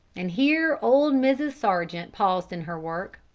and here old mrs. sargent paused in her work,